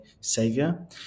Savior